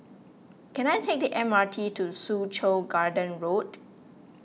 can I take the M R T to Soo Chow Garden Road